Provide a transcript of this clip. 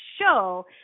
show